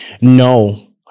No